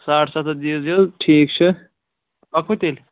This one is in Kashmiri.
ساڑ سَتھ ہَتھ دیٖز یہِ ٹھیٖک چھِ پکوٕ تیٚلہِ